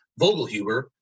Vogelhuber